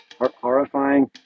horrifying